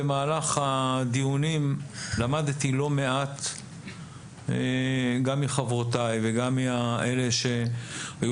במהלך הדיונים למדתי לא מעט גם מחברותיי וגם מאלה שהיו